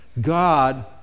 God